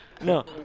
No